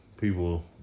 people